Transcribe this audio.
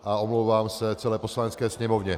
A omlouvám se celé Poslanecké sněmovně.